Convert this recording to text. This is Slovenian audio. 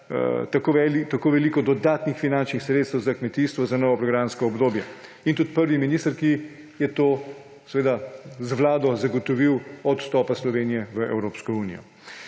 tako veliko dodatnih finančnih sredstev za kmetijstvo za novo programsko obdobje, in tudi prvi minister, ki je to, seveda z Vlado, zagotovil od vstopa Slovenije v Evropsko unijo.